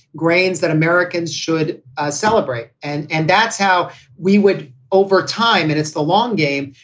grains that americans should ah celebrate. and and that's how we would over time. and it's the long game,